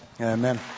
Amen